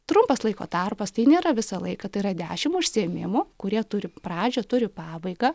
trumpas laiko tarpas tai nėra visą laiką tai yra dešim užsiėmimų kurie turi pradžią turi pabaigą